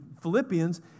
Philippians